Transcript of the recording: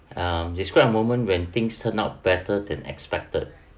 um describe a moment when things turn out better than expected